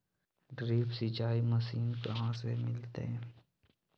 Drip सिंचाई मशीन कहाँ से मिलतै?